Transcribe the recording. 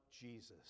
jesus